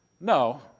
No